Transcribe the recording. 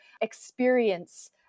experience